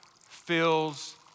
fills